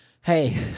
hey